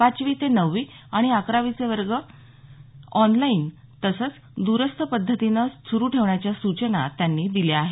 पाचवी ते नववी आणि अकरावीचे वर्ग पूर्वीप्रमाणे ऑनलाईन तसंच द्रस्थ पध्दतीनं सुरु ठेवण्याच्या सूचना त्यांनी दिल्या आहेत